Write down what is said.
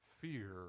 fear